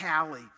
Callie